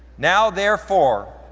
now therefore,